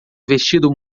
vestido